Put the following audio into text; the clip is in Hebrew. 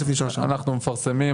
אנחנו ערוכים.